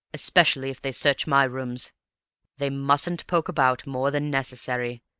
especially if they search my rooms they mustn't poke about more than necessary,